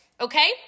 okay